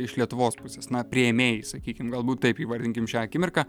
iš lietuvos pusės na priėmėjai sakykim galbūt taip įvardinkim šią akimirką